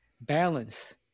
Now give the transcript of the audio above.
balance